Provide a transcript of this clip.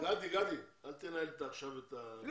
גדי, גדי, אל תנהל עכשיו את ההסכם עם הוועד דרכי.